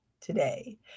today